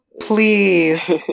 please